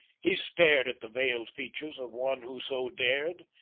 he stared at the veiled features of one who so dared,